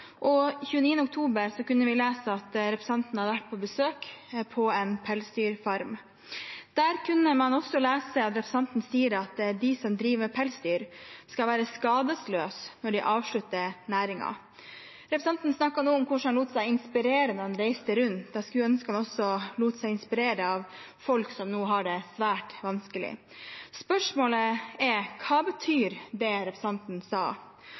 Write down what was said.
Den 24. oktober kunne vi lese at representanten hadde vært på besøk på en pelsdyrfarm. Der kunne man også lese at representanten sier at de som driver med pelsdyr, skal være skadesløse når de avslutter næringen. Representanten snakket nå om hvordan han lot seg inspirere når han reiste rundt. Jeg skulle ønske han også lot seg inspirere av folk som nå har det svært vanskelig. Spørsmålet er: Hva betyr det representanten sa,